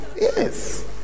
Yes